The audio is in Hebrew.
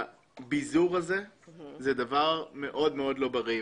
שהביזור הזה הוא דבר מאוד מאוד לא בריא.